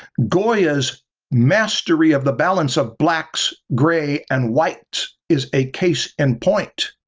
goya's mastery of the balance of blacks, gray and white is a case in point.